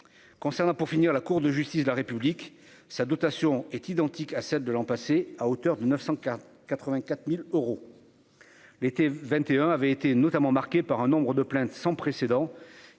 concernant, pour finir, la Cour de justice de la République sa dotation est identique à celle de l'an passé à hauteur de 984000 euros, l'été 21 avait été notamment marquée par un nombre de plaintes sans précédent